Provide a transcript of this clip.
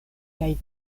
kaj